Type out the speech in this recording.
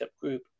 group